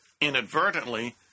inadvertently